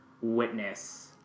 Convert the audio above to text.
witness